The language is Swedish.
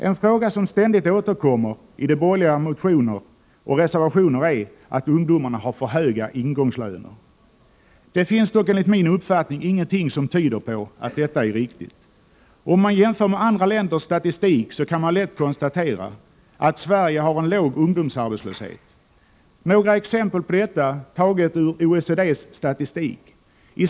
Ett påstående som ständigt återkommer i borgerliga motioner och reservationer är det att ungdomarna har för höga ingångslöner. Det finns dock, enligt min uppfattning, ingenting som tyder på att detta är riktigt. Om man jämför med andra länders statistik, kan man lätt konstatera att Sverige har en låg ungdomsarbetslöshet. Här är några exempel på detta, tagna ur OECD:s statistik.